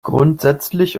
grundsätzlich